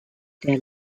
der